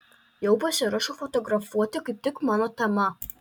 jau pasiruošiau fotografuoti kaip tik mano tema